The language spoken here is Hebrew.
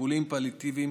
טיפולים פליאטיביים,